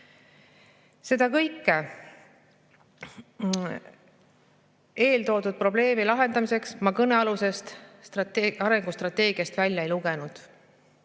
Seda kõike eeltoodud probleemi lahendamiseks ma kõnealusest arengustrateegiast välja ei lugenud.